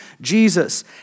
Jesus